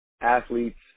athletes